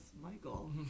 Michael